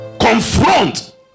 confront